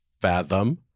fathom